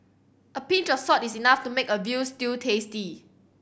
a pinch of salt is enough to make a veal stew tasty